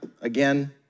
again